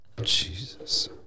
Jesus